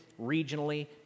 regionally